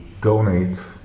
donate